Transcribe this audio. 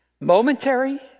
momentary